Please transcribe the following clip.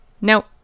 Nope